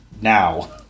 now